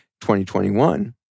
2021